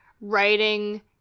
writing